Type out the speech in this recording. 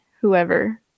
whoever